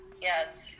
yes